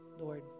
Lord